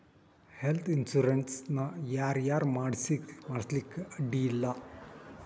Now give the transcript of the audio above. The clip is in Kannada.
ಹೆಲ್ತ್ ಇನ್ಸುರೆನ್ಸ್ ನ ಯಾರ್ ಯಾರ್ ಮಾಡ್ಸ್ಲಿಕ್ಕೆ ಅಡ್ಡಿ ಇಲ್ಲಾ?